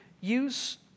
Use